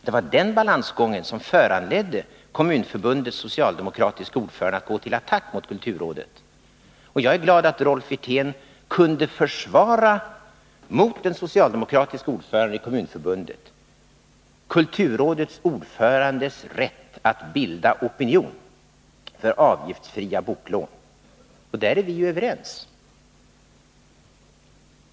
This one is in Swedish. Det var den balansgången som föranledde Kommunförbundets socialdemokratiske ordförande att gå till attack mot kulturrådet, och jag är glad att Rolf Wirtén kunde försvara — mot den socialdemokratiske ordföranden i Kommunförbundet — kulturrådets ordförandes rätt att bilda opinion för avgiftsfria boklån. Och där är vi ju överens.